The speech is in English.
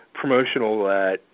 promotional